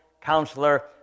Counselor